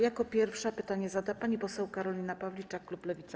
Jako pierwsza pytanie zada pani poseł Karolina Pawliczak, klub Lewica.